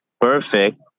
perfect